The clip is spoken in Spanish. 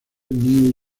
new